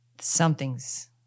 something's